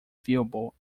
viewable